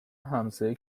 همسایه